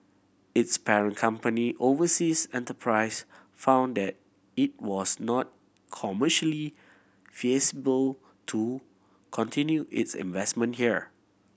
its parent company Overseas Enterprise found that it was not commercially feasible to continue its investment here